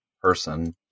person